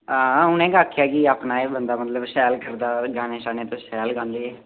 हां उ'नें गै आखेआ कि एह् अपना बंदा मतलब शैल करदा गाने शाने तुस शैल गांदे एह्